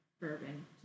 bourbon